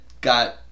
got